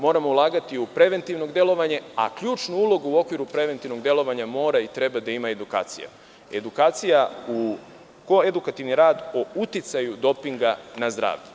Moramo ulagati u preventivno delovanje, a ključnu ulogu u okviru preventivnog delovanja mora i treba da ima edukacija, edukativni rad o uticaju dopinga na zdravlje.